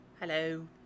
Hello